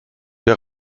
der